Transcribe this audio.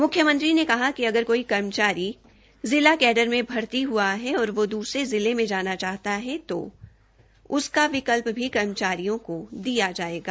म्ख्यमंत्री ने कहा है कि अगर कोई कर्मचारी जिला काडर में भर्ती हुआ है और वह दूसरे जिले में जाना चाहता है तो उसका विकल्प भी कर्मचारियों को दिया जायेगा